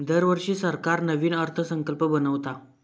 दरवर्षी सरकार नवीन अर्थसंकल्प बनवता